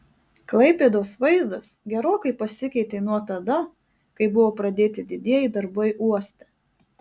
klaipėdos vaizdas gerokai pasikeitė nuo tada kai buvo pradėti didieji darbai uoste